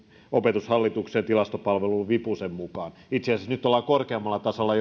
opetushallinnon tilastopalvelu vipusen mukaan itse asiassa nyt ollaan jo korkeammalla tasolla